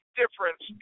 difference